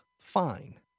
fine